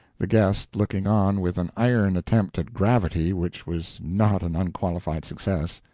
the guest looking on with an iron attempt at gravity which was not an unqualified success.